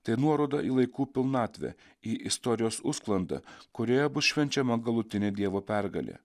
tai nuoroda į laikų pilnatvę į istorijos užsklandą kurioje bus švenčiama galutinė dievo pergalė